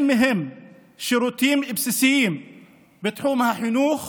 מהם שירותים בסיסיים בתחום החינוך,